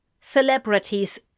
Celebrities